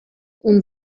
und